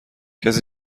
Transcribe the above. کسی